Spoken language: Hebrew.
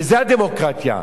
וזו הדמוקרטיה.